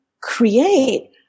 create